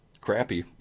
crappy